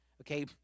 okay